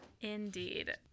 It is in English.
Indeed